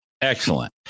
Excellent